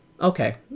Okay